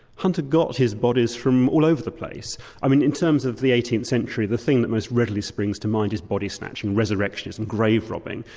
hunter got his bodies from all over the place. i mean in terms of the eighteenth century the thing that most readily springs to mind is body-snatching, resurrections and grave-robbing.